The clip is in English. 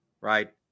right